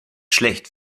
schlecht